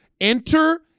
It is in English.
Enter